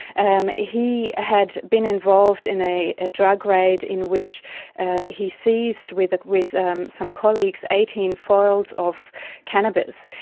and um he had been involved in a ah drug raid in which he seized, with with um some colleagues, eighteen foils of cannabis.